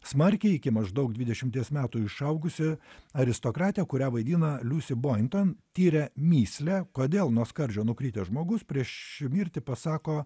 smarkiai iki maždaug dvidešimties metų išaugusi aristokratė kurią vaidina liusi bointon tiria mįslę kodėl nuo skardžio nukritęs žmogus prieš mirtį pasako